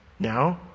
Now